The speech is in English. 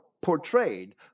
portrayed